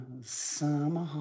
summer